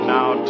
Now